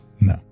No